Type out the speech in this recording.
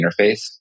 Interface